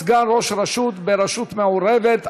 סגן ראש רשות ברשות מעורבת),